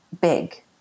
big